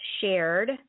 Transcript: shared